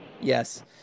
Yes